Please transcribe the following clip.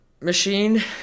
machine